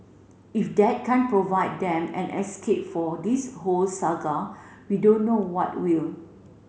if that can't provide them an escape for this whole saga we don't know what will